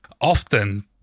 Often